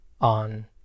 on